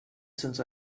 since